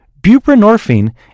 Buprenorphine